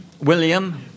William